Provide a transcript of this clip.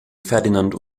ferdinand